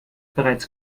bereits